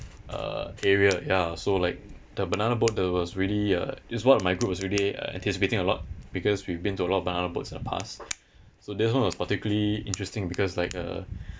uh area ya so like the banana boat that was really uh is one of my group was really uh anticipating a lot because we've been to a lot of banana boats in the past so this one was particularly interesting because like uh